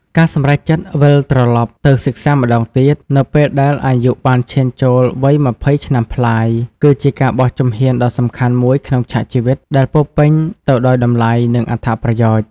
ការសម្រេចចិត្តវិលត្រឡប់ទៅសិក្សាម្តងទៀត នៅពេលដែលអាយុបានឈានចូលវ័យ ២០ ឆ្នាំប្លាយ គឺជាការបោះជំហានដ៏សំខាន់មួយក្នុងឆាកជីវិត ដែលពោរពេញទៅដោយតម្លៃ និងអត្ថប្រយោជន៍។